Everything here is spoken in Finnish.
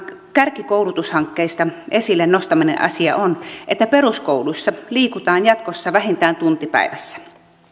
kärkikoulutushankkeista esille nostamani asia on että peruskoulussa liikutaan jatkossa vähintään tunti päivässä